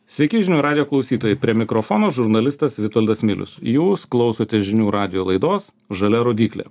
sveiki žinių radijo klausytojai prie mikrofono žurnalistas vitoldas milius jūs klausotės žinių radijo laidos žalia rodyklė